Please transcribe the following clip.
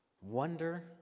wonder